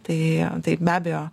tai tai be abejo